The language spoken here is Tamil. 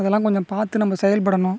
அதெல்லாம் கொஞ்சம் பார்த்து நம்ம செயல்படணும்